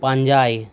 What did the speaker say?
ᱯᱟᱸᱡᱟᱭ